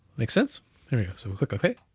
make sense? there we go. so we'll click okay.